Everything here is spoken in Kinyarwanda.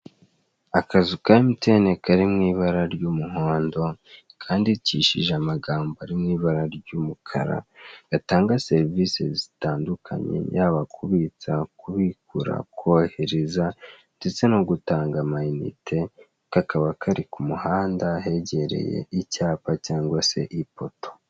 Akazu ka emutiyene kari mu ibara ry'umuhondo kandikishije amagambo ari mu ibara ry'umukara, gatanga serivise zitandukanye yaba kubitsa, kubikura, kohereza ndetse no gutanga ama inite. Kakaba kari ku muhanda ahegereye icyapa cyangwa se ipoto.